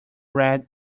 red